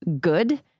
good